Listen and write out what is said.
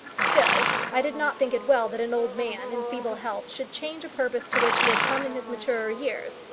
still i did not think it well that an old man in feeble health should change a purpose to which he had come in his maturer years,